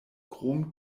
krom